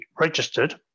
registered